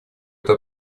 это